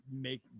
make